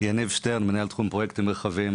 שמי יניב שטרן, מנהל תחום פרויקטים מרחביים.